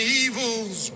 evil's